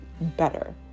better